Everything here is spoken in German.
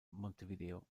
montevideo